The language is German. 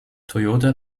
toyota